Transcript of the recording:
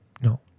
no